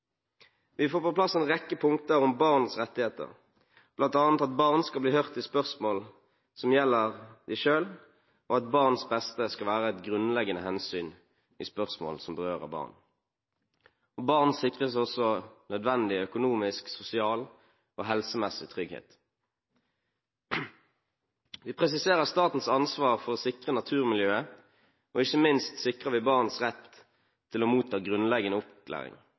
Vi får på plass en rekke punkter om barns rettigheter, bl.a. at barn skal bli hørt i spørsmål som gjelder dem selv, og at barns beste skal være et grunnleggende hensyn i spørsmål som berører barn. Barn sikres også nødvendig økonomisk, sosial og helsemessig trygghet. Vi presiserer statens ansvar for å sikre naturmiljøet, og ikke minst sikrer vi barns rett til å motta grunnleggende